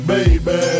Baby